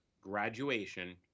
graduation